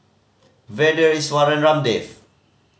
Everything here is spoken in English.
Vedre Iswaran Ramdev